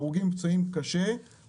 הרוגים ופצועים קשה,